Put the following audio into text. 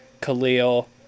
Khalil –